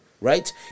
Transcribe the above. Right